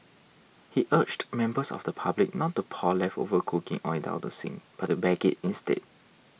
he urged members of the public not to pour leftover cooking oil down the sink but to bag it instead